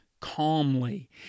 calmly